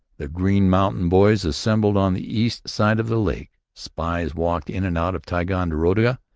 the green mountain boys assembled on the east side of the lake. spies walked in and out of ticonderoga,